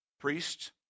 priests